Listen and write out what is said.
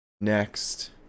Next